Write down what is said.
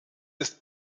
ist